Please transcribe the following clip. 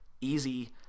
Easy